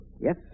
Yes